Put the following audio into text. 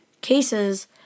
cases